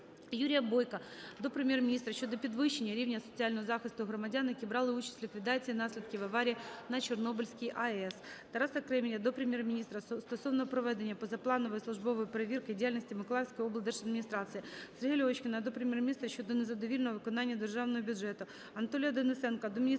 Юрія Бойка до Прем'єр-міністра щодо підвищення рівня соціального захисту громадян, які брали участь у ліквідації наслідків аварії на Чорнобильській АЕС. Тараса Кременя до Прем'єр-міністра стосовно проведення позапланової службової перевірки діяльності Миколаївської облдержадміністрації. Сергія Льовочкіна до Прем'єр-міністра щодо незадовільного виконання державного бюджету.